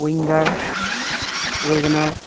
winger WagonR